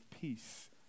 peace